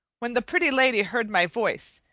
when the pretty lady heard my voice,